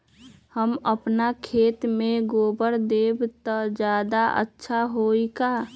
हम अपना खेत में गोबर देब त ज्यादा अच्छा होई का?